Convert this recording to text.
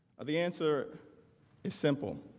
the answer is simple.